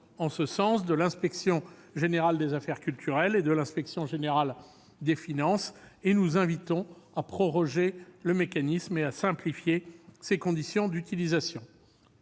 conclusions de l'inspection générale des affaires culturelles et de l'inspection générale des finances qui vont dans ce sens. Nous invitons à proroger le mécanisme et à simplifier les conditions d'utilisation